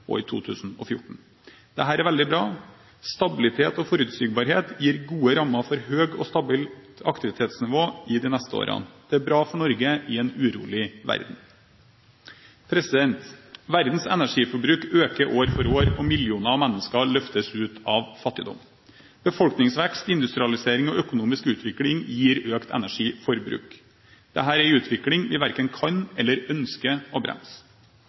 og 2014. Dette er veldig bra. Stabilitet og forutsigbarhet gir gode rammer for høyt og stabilt aktivitetsnivå i de neste årene. Det er bra for Norge i en urolig verden. Verdens energiforbruk øker år for år. Millioner av mennesker løftes ut av fattigdom. Befolkningsvekst, industrialisering og økonomisk utvikling gir økt energiforbruk. Dette er en utvikling vi verken kan eller ønsker å bremse.